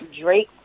Drake